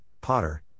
Potter